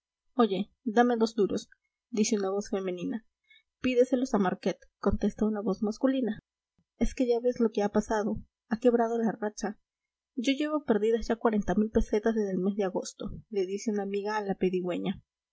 oye dame dos duros dice una voz femenina pídeselos a marquet contesta una voz masculina es que ya ves lo que ha pasado ha quebrado la racha yo llevo perdidas ya pesetas desde el mes de agosto le dice una amiga a la pedigüeña